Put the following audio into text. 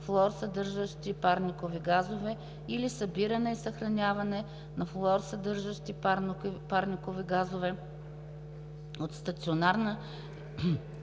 флуорсъдържащи парникови газове, или събиране и съхраняване на флуорсъдържащи парникови газове от стационарна